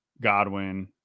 Godwin